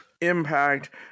impact